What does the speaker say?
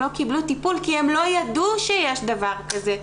לא קיבלו טיפול כי הן לא ידעו שיש דבר כזה,